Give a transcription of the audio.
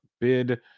bid